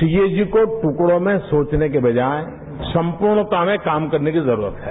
CAG को टुकड़ों में सोवने की बजाए संप्रर्णता में काम करने की जरूरत है